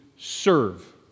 serve